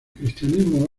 cristianismo